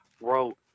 wrote